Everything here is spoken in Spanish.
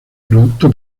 producto